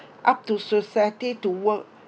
out to society to work